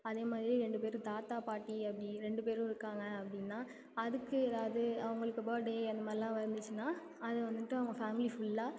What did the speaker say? அதே மாதிரி ரெண்டு பேரும் தாத்தா பாட்டி அப்படி ரெண்டு பேரும் இருக்காங்க அப்படின்னா அதுக்கு ஏதாவது அவங்களுக்கு பர்டே அந்த மாதிரிலாம் வந்துச்சுன்னா அதை வந்துவிட்டு அவங்க ஃபேம்லி ஃபுல்லாக